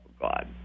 God